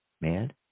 mad